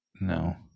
No